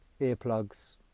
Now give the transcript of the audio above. earplugs